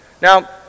Now